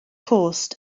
cost